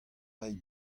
reiñ